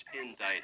indicted